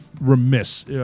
remiss